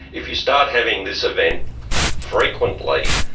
if you start having this event frequently,